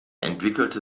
entwickelte